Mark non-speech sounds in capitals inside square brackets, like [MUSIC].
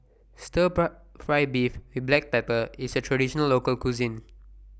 Stir [UNINTELLIGIBLE] Fry Beef with Black Pepper IS A Traditional Local Cuisine